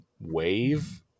wave